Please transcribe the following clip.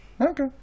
Okay